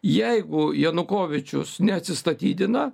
jeigu janukovyčius neatsistatydina